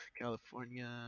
California